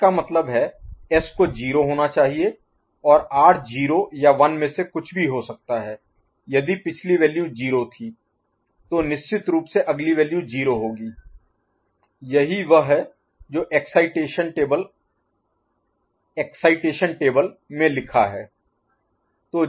तो इसका मतलब है S को 0 होना चाहिए और R 0 या 1 में से कुछ भी हो सकता है यदि पिछली वैल्यू 0 थी तो निश्चित रूप से अगली वैल्यू 0 होगी यही वह है जो एक्साइटेशन टेबल में लिखा है